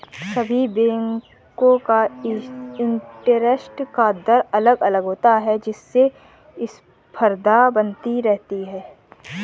सभी बेंको का इंटरेस्ट का दर अलग अलग होता है जिससे स्पर्धा बनी रहती है